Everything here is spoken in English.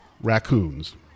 raccoons